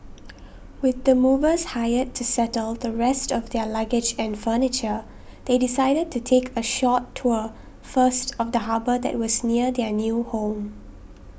with the movers hired to settle the rest of their luggage and furniture they decided to take a short tour first of the harbour that was near their new home